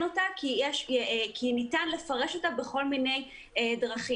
אותה כי ניתן לפרש אותה בכל מיני דרכים.